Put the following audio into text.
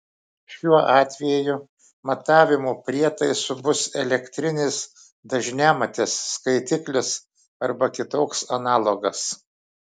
šiuo atveju matavimo prietaisu bus elektrinis dažniamatis skaitiklis arba kitoks analogas